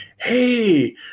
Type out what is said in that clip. Hey